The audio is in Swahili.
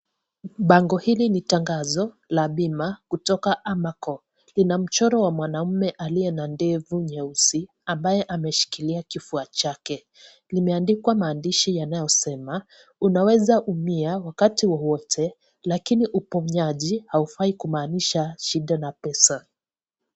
Bango hili ni tangazo la pima kutoka Amacco. Ina mchoro wa mwanaume aliye na ndefu nyeusi, ambaye ameshikilia kifua chake. Limeandikwa mandishi yanayosema,"unaweza umia wakati wowote lakini uponyaji haufai kumanisha shida na pesa."